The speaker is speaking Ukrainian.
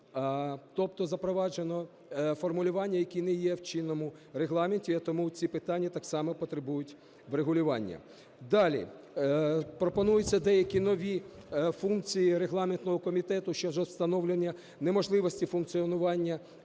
Тобто запроваджено формулювання, які не є в чинному Регламенті, і тому ці питання так само потребують врегулювання. Далі. Пропонуються деякі нові функції регламентного комітету щодо встановлення неможливості функціонування відповідної